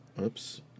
Oops